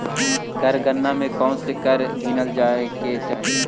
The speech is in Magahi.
कर गणना में कौनसे कर गिनल जाए के चाही